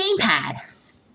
gamepad